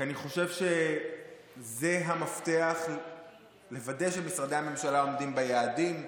כי אני חושב שזה המפתח לוודא שמשרדי הממשלה עומדים ביעדים.